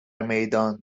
میدان